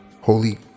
holy